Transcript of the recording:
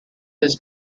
his